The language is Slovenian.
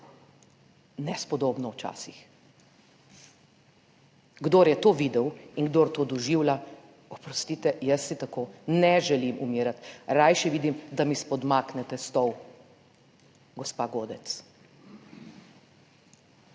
nespodobno včasih. Kdor je to videl in kdor to doživlja, oprostite, jaz si tako ne želim umirati, rajši vidim, da mi spodmakne te stol, gospa Godec.